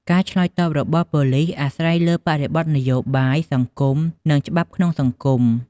ការឆ្លើយតបរបស់ប៉ូលីសអាស្រ័យលើបរិបទនយោបាយ សង្គម និងច្បាប់ក្នុងប្រទេស។